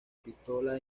pistola